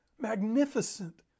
magnificent